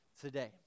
today